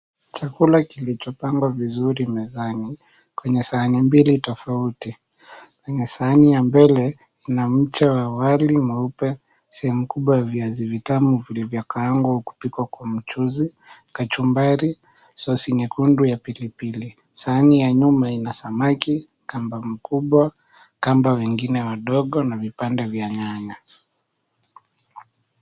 Chakula kilichopangwa vizuri mezani kwenye sahani mbili tofauti, kwenye sahani ya mbele ina mcha ya wali mweupe, sehemu kubwa ya viazi vitamu vilivyokaangwa au kupikwa kwa mchuzi, kachumbari, sosi nyekundu ya pilipili, sahani ya nyuma ina samaki, kamba mkubwa, kamba wengine wadogo na vipande vya nyanya.